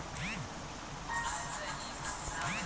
target market ह्या असा market हा झय उत्पादनाक बरी मागणी असता